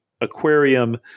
aquarium